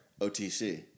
OTC